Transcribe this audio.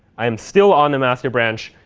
i'm still on the master branch.